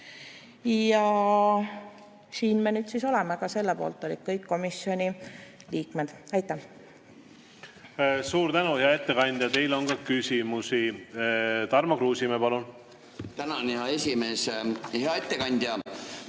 Ja siin me nüüd siis oleme. Ka selle poolt olid kõik komisjoni liikmed. Aitäh! Suur tänu, hea ettekandja! Teile on ka küsimusi. Tarmo Kruusimäe, palun! Suur tänu, hea ettekandja!